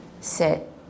sit